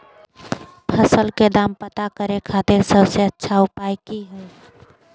फसल के दाम पता करे खातिर सबसे अच्छा उपाय की हय?